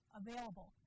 available